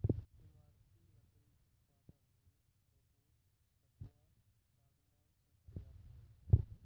ईमारती लकड़ी उत्पादन नीम, बबूल, सखुआ, सागमान से प्राप्त होय छै